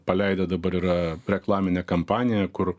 paleidę dabar yra reklaminę kampaniją kur